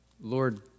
Lord